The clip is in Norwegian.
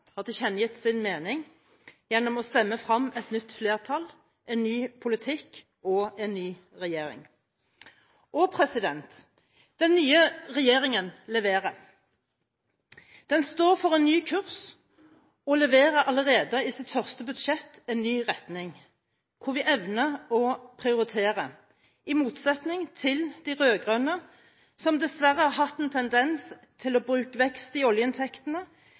har tilkjennegitt sin mening gjennom å stemme frem et nytt flertall, en ny politikk og en ny regjering. Og den nye regjeringen leverer. Den står for en ny kurs og leverer allerede i sitt første budsjett en ny retning hvor vi evner å prioritere, i motsetning til de rød-grønne, som dessverre har hatt en tendens til å bruke vekst i oljeinntektene